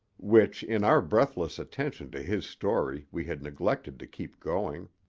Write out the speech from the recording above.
which in our breathless attention to his story we had neglected to keep going.